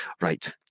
Right